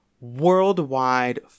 worldwide